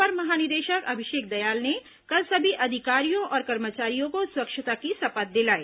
अपर महानिदेशक अभिषेक दयाल ने कल सभी अधिकारियों और कर्मचारियों को स्वच्छता की शपथ दिलाई